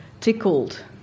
tickled